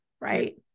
Right